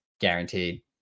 guaranteed